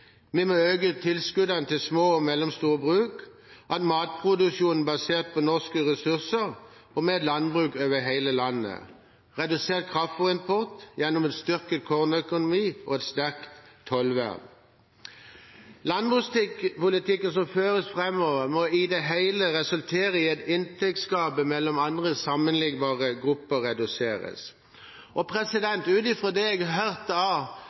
øke tilskuddene til små og mellomstore bruk, at matproduksjonen er basert på norske ressurser med et landbruk over hele landet, og å redusere kraftfôrimporten gjennom en styrket kornøkonomi og et sterkt tollvern. Landbrukspolitikken som føres framover, må i det hele resultere i at inntektsgapet mellom andre sammenliknbare grupper reduseres. Ut fra det jeg har hørt